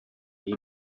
die